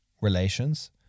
relations